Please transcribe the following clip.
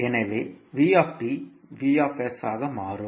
ஆக மாறும்